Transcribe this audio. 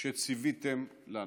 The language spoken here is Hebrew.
שציוויתם לנו.